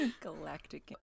Galactic